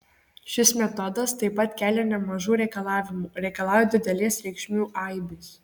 šis metodas taip pat kelia nemažų reikalavimų reikalauja didelės reikšmių aibės